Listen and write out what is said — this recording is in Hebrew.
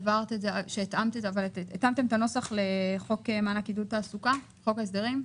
התאמתם את הנוסח לחוק מענק עידוד תעסוקה בחוק ההסדרים?